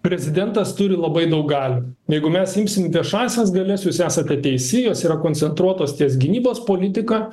prezidentas turi labai daug galių jeigu mes imsim viešąsias galias jūs esate teisi jos yra koncentruotos ties gynybos politika